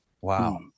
Wow